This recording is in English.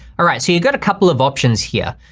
ah right, so you've got a couple of options here.